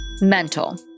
mental